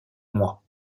moi